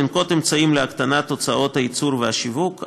לנקוט אמצעים להקטנת הוצאות הייצור והשיווק,